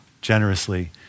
generously